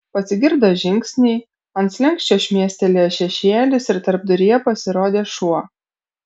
pasigirdo žingsniai ant slenksčio šmėstelėjo šešėlis ir tarpduryje pasirodė šuo